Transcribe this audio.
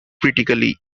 critically